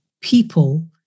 people